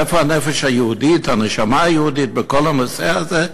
איפה הנפש היהודית, הנשמה היהודית, בכל הנושא הזה?